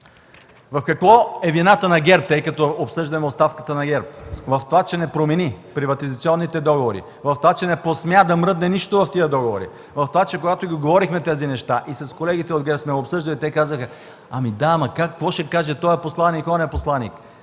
В какво е вината на ГЕРБ – тъй като обсъждаме оставката на ГЕРБ? В това, че не промени приватизационните договори, в това, че не посмя да мръдне нищо в тези договори, в това, че когато говорихме тези неща и с колегите отдясно ги обсъждахме, те казаха: „Да, но какво ще каже този посланик, онзи посланик?”.